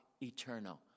eternal